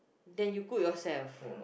then you cook yourself